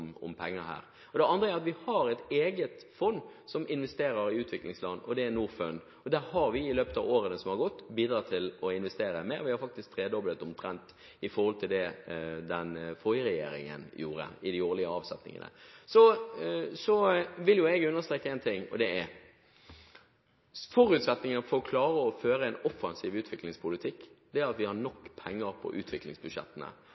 penger her. Det andre er at vi har et eget fond som investerer i utviklingsland, og det er Norfund. Der har vi i løpet av årene som har gått, bidratt til å investere mer. Vi har omtrent tredoblet dette i forhold til det den forrige regjeringen gjorde i de årlige avsetningene. Så vil jeg understreke en ting til: Forutsetningen for å klare å føre en offensiv utviklingspolitikk er at vi har